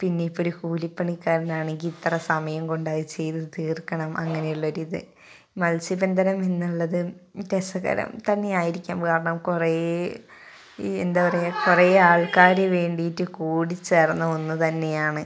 പിന്നെ ഇപ്പം ഒരു കൂലിപ്പണിക്കാരനാണെങ്കിൽ ഇത്ര സമയം കൊണ്ടു അത് ചെയ്തു തീർക്കണം അങ്ങനെയുള്ള ഒരു ഇത് മത്സ്യബന്ധനം എന്നുള്ളത് രസകരം തന്നെ ആയിരിക്കാം കാരണം കുറേ ഈ എന്താണ് പറയുക കുറേ ആൾക്കാർ വേണ്ടിയിട്ട് കൂടിച്ചേർന്ന ഒന്നു തന്നെയാണ്